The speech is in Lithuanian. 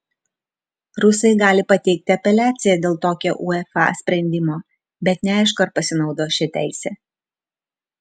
rusai gali pateikti apeliaciją dėl tokio uefa sprendimo bet neaišku ar pasinaudos šia teise